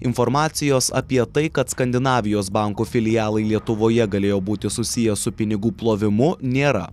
informacijos apie tai kad skandinavijos bankų filialai lietuvoje galėjo būti susiję su pinigų plovimu nėra